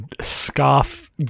Scarf